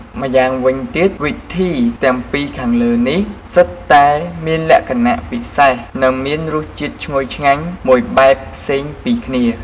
ម្យ៉ាងវិញទៀតវិធីទាំងពីរខាងលើនេះសុទ្ធតែមានលក្ខណៈពិសេសនិងមានរសជាតិឈ្ងុយឆ្ងាញ់មួយបែបផ្សេងពីគ្នា។